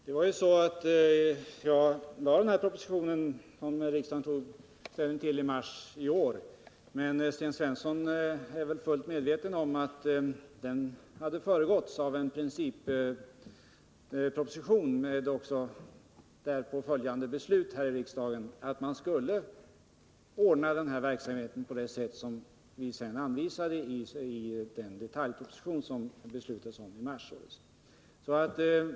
Fru talman! Jag lade ju fram den här propositionen som riksdagen tog ställning till i mars i år. Sten Svensson är väl fullt medveten om att den hade föregåtts av en principproposition med därpå följande beslut här i riksdagen om att man skulle ordna verksamheten på det sätt som vi senare anvisade i den detaljproposition som beslutades om i mars i år.